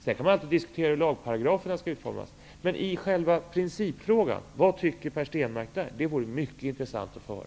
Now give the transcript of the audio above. Sedan kan man alltid diskutera hur lagparagrafer skall utformas. Vad tycker Per Stenmarck i själva principfrågan? Det vore mycket intressant att få hör.